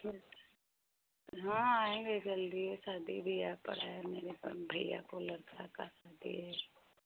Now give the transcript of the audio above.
हाँ आएंगे जल्दी ही शादी ब्याह पड़ा है मेरे भैया के लड़के की शादी है